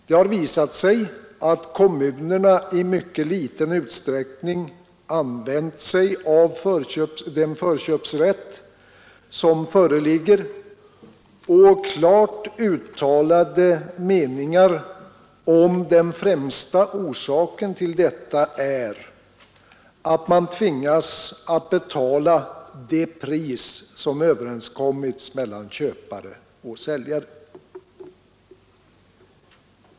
Det har visat sig att kommunerna i mycket liten utsträckning använder sig av den förköpsrätt som föreligger. I klart uttalade meningar anges att den främsta orsaken till detta är att man tvingas att betala det pris som överenskommits mellan köpare och säljare.